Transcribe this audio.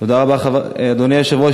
אדוני היושב-ראש,